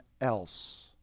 else